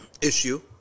issue